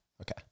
Okay